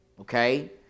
Okay